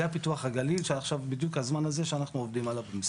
זה פיתוח הגליל שעכשיו בדיוק הזמן הזה שאנחנו עובדים עליו.